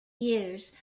years